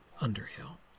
underhill